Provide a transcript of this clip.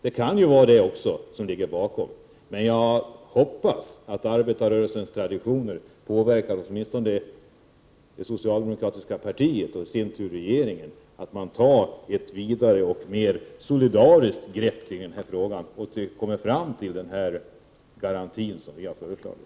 Det kan också vara det som ligger bakom, men jag hoppas att arbetarrörelsens traditioner påverkar åtminstone det socialdemokratiska partiet och det i sin tur regeringen till att ta ett vidare och mer solidariskt grepp kring den här frågan och komma fram till garantin som vi har föreslagit.